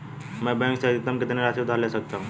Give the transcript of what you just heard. मैं बैंक से अधिकतम कितनी राशि उधार ले सकता हूँ?